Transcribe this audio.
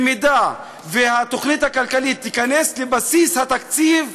אם התוכנית הכלכלית תיכנס לבסיס התקציב,